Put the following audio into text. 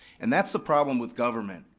and that's the problem with government.